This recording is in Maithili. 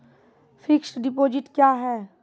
फिक्स्ड डिपोजिट क्या हैं?